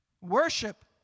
Worship